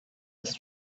with